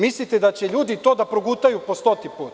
Mislite da će ljudi to da progutaju po stoti put?